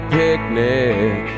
picnic